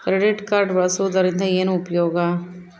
Credit card ಬಳಸುವದರಿಂದ ಏನು ಉಪಯೋಗ?